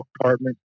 apartment